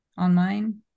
online